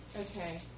okay